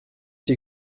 die